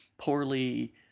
poorly